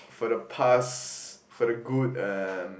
for the past for the good um